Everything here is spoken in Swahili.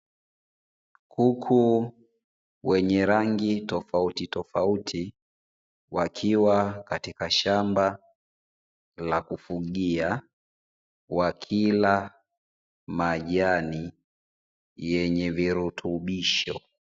Kuku wenye rangi tofauti tofauti, wakiwa katika shamba la kufugia wakila majani yenye virutubisho.